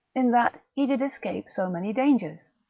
in that he did escape so many dangers,